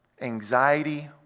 anxiety